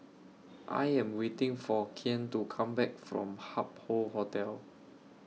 I Am waiting For Kian to Come Back from Hup Hoe Hotel